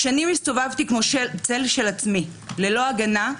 שנים הסתובבתי כמו של צל של עצמי, ללא הגנה,